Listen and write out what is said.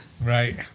Right